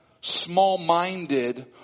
small-minded